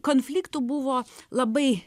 konfliktų buvo labai